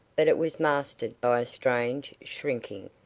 but it was mastered by a strange shrinking,